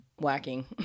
whacking